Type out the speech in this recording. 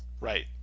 right